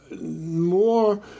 more